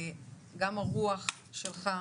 גם הרוח שלך,